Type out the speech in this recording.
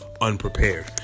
unprepared